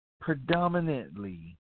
Predominantly